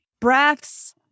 breaths